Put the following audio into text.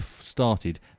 started